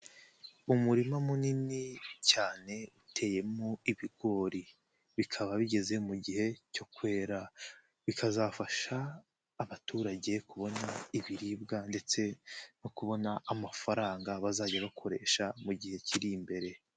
Umurima munini cyane uteyemo ibigori bikaba bigeze mu gihe cyo kwera, bikazafasha abaturage kubona ibiribwa ndetse no kubona amafaranga bazajya bakoresha mu gihe kiri imbere.